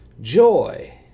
joy